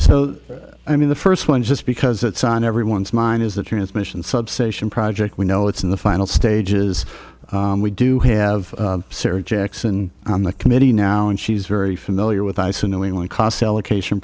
so i mean the first one just because it's on everyone's mind is the transmission substation project we know it's in the final stages and we do have sarah jackson on the committee now and she's very familiar with ice unknowingly cassella cation